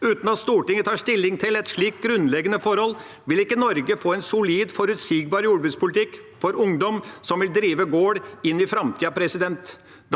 Uten at Stortinget tar stilling til et slikt grunnleggende forhold, vil ikke Norge få en solid, forutsigbar jordbrukspolitikk for ungdom som vil drive gård inn i framtida.